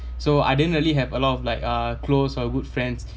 so I didn't really have a lot of like uh close or good friends